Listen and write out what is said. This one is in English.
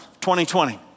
2020